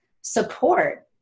support